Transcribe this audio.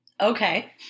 Okay